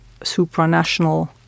supranational